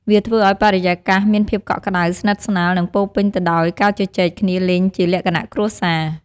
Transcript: វាធ្វើអោយបរិយាកាសមានភាពកក់ក្តៅ ស្និទ្ធស្នាល និងពោរពេញទៅដោយការជជែកគ្នាលេងជាលក្ខណៈគ្រួសារ។